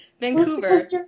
Vancouver